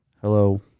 hello